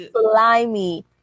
slimy